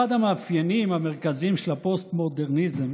אחד המאפיינים המרכזיים של הפוסט-מודרניזם